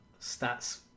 stats